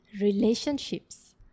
Relationships